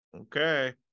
Okay